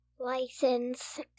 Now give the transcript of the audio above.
License